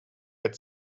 had